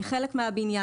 היא חלק מהבניין.